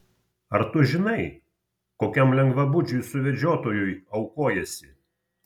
ar tu žinai kokiam lengvabūdžiui suvedžiotojui aukojiesi